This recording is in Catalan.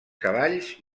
cavalls